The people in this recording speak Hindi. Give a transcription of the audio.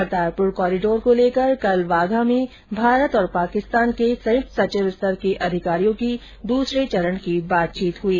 करतारपुर कॉरीडोर को लेकर कल वाघा में भारत और पाकिस्तान के संयुक्त सचिव स्तर के अधिकारियों की दूसरे चरण की बातचीत हई